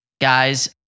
Guys